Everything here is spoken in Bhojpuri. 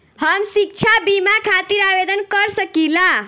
हम शिक्षा बीमा खातिर आवेदन कर सकिला?